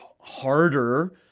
harder